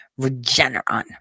Regeneron